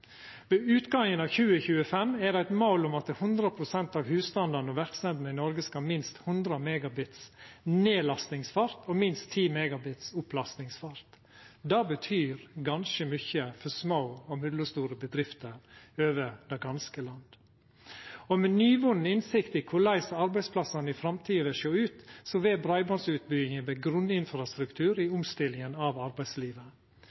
Ved utgangen av 2025 er det eit mål at 100 pst. av husstandane og verksemdene i Noreg skal ha minst 100 MB nedlastingsfart og minst 10 MB opplastingsfart. Det betyr ganske mykje for små og mellomstore bedrifter over heile landet. Med nyvunnen innsikt i korleis arbeidsplassane i framtida vil sjå ut, vil breibandsutbygginga vera ein grunninfrastruktur i omstillinga av arbeidslivet.